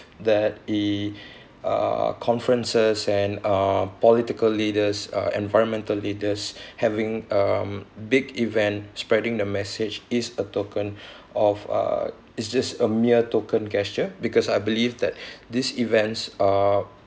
that the uh conferences and uh political leaders uh environmental leaders having um big event spreading the message is a token of uh it's just a mere token gesture because I believe that these events uh